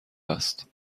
است